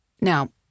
Now